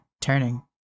turning